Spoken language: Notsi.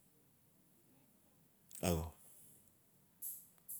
Axau? How?